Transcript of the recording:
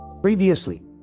Previously